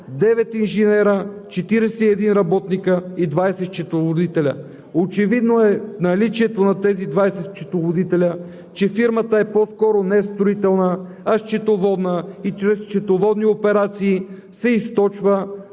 9 инженери, 41 работници и 20 счетоводители. Очевидно е от наличието на тези 20 счетоводители, че фирмата е по-скоро не строителна, а счетоводна и чрез счетоводни операции се източва